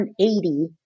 180